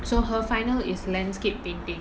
so her final is landscape painting